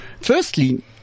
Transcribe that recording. firstly